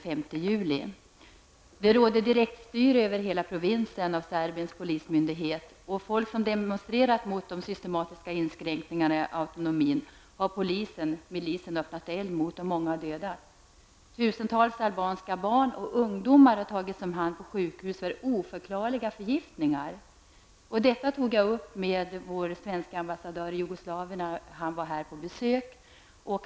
Serbiens polismyndighet utövar direktstyre över hela provinsen. Polisen och milisen har öppnat eld mot folk som har demonstrerat mot de systematiska inskränkningarna i autonomin. Många har dödats. Tusentals albanska barn och ungdomar har tagits om hand på sjukhus för oförklarliga förgiftningar. Jag tog upp detta med vår svenska ambassadör i Jugoslavien när han var här på besök.